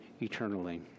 eternally